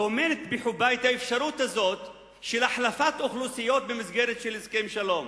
היא טומנת בחובה את האפשרות הזאת של החלפת אוכלוסיות במסגרת הסכם שלום.